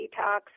detox